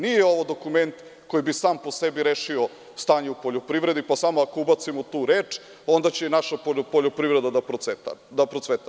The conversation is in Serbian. Nije ovo dokument koji bi sam po sebi rešio stanje u poljoprivredi, pa samo ako ubacimo tu reč, onda će naša poljoprivreda da procveta.